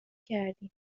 کردیم